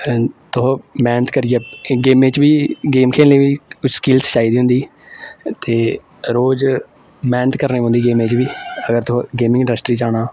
तुस मेह्नत करियै गेमें च बी गेम खेलने बी स्किल्स चाहिदी होंदी ते रोज मैह्नत करनी पौंदी गेमें च बी अगर तुसें गेमिंग इंडस्ट्री च आना